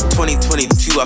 2022